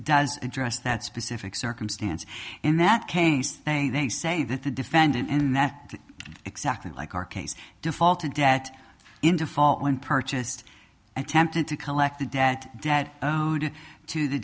does address that specific circumstance in that case thing they say that the defendant in that exactly like our case defaulted debt into fall when purchased attempted to collect the debt debt to the